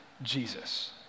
Jesus